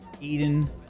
Eden